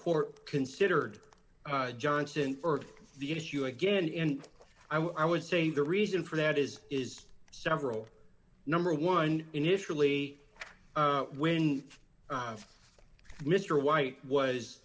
court considered johnson for the issue again and i would say the reason for that is is several number one initially when mr white was